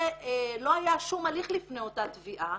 ולא היה שום הליך לפני אותה תביעה,